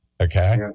Okay